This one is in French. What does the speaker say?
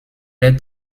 est